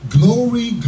Glory